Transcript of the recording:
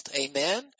amen